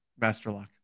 Masterlock